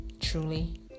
truly